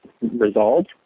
resolved